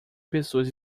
pessoas